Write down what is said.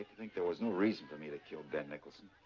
think there was no reason for me to kill ben nicholson.